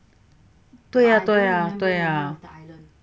对呀对呀对呀